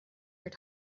your